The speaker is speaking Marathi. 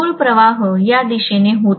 मूळ प्रवाह या दिशेने होता